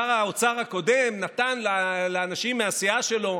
שר האוצר הקודם נתן לאנשים מהסיעה שלו,